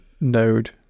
node